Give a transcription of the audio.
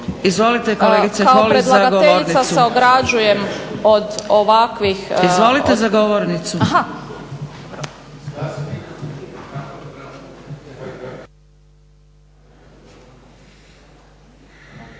Izvolite kolegice Holy za govornicu.